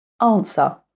Answer